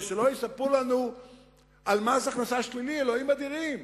ושלא יספרו לנו על מס הכנסה שלילי, אלוהים אדירים,